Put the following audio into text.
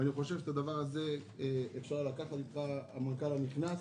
ואת הדבר הזה אפשר לקחת אליך, המנכ"ל הנכנס.